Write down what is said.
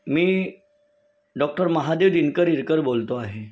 मी doctor Mahadev Dinkar Irkar बोलतो आहे